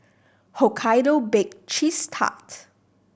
Hokkaido Bake Cheese Tart